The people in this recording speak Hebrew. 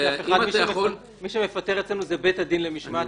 מי שמפטר אצלנו זה בית הדין למשמעת.